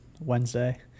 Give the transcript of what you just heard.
Wednesday